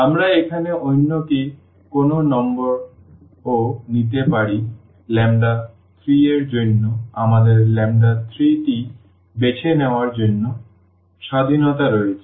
আমরা এখানে অন্য যে কোনও নম্বরও নিতে পারি 3 এর জন্য আমাদের 3 টি বেছে নেওয়ার জন্য স্বাধীনতা রয়েছে